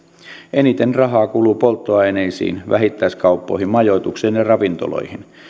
eniten rahaa kuluu polttoaineisiin vähittäiskauppoihin majoitukseen ja ravintoloihin